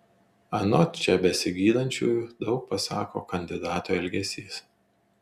anot čia besigydančiųjų daug pasako kandidato elgesys